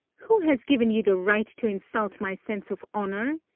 who has given you the right to insult my sense of honour?